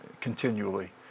continually